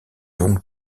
longue